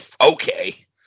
okay